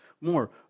more